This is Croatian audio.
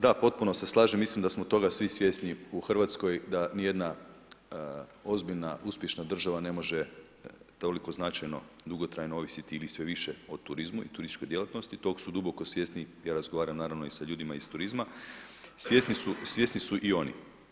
Da, potpuno se slažem, mislim da smo toga svi svjesni u Hrvatskoj da nijedna ozbiljna, uspješna država ne može toliko značajno, dugotrajno ovisiti ili sve više o turizmu i turističkoj djelatnosti, tog su duboko svjesni, ja razgovaram naravno i sa ljudima iz turizma, svjesni su i oni.